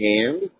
hand